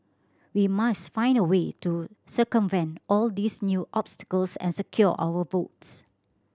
we must find a way to circumvent all these new obstacles and secure our votes